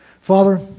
Father